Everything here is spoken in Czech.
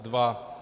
2.